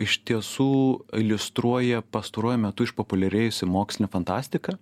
iš tiesų iliustruoja pastaruoju metu išpopuliarėjusi mokslinė fantastika